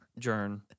Jern